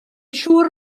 siŵr